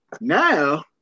now